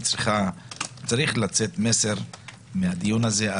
אם צריך לצאת מסר מהדיון הזה,